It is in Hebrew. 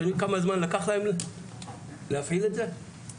אתם יודעים כמה זמן לקח להם להפעיל את זה השנה?